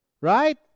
Right